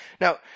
Now